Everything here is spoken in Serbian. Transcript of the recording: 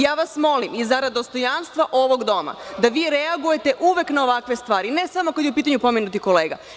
Ja vas molim, zarad dostojanstva ovog doma, da vi reagujete uvek na ovakve stvari, ne samo kada je u pitanju pomenuti kolega.